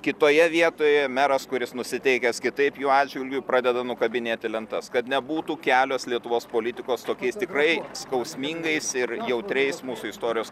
kitoje vietoje meras kuris nusiteikęs kitaip jų atžvilgiu pradeda nukabinėti lentas kad nebūtų kelios lietuvos politikos tokiais tikrai skausmingais ir jautriais mūsų istorijos